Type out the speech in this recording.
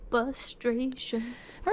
Frustrations